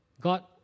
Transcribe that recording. God